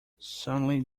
suddenly